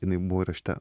jinai buvo įrašyta